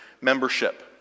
membership